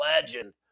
legend